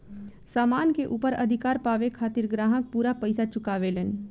सामान के ऊपर अधिकार पावे खातिर ग्राहक पूरा पइसा चुकावेलन